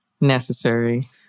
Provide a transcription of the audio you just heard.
necessary